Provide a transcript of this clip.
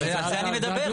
על זה אני מדבר.